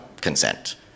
consent